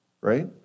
right